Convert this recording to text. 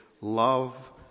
love